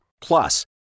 Plus